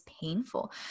painful